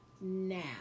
now